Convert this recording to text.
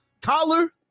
collar